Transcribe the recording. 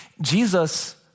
Jesus